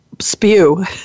spew